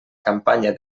campanya